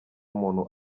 umuntu